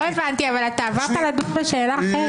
לא הבנתי, אתה עברת לדון בשאלה אחרת.